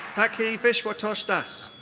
pakhi vishwatosh das.